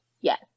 Yes